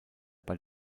bei